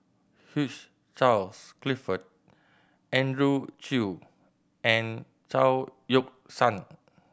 Hugh Charles Clifford Andrew Chew and Chao Yoke San